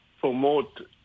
promote